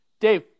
Dave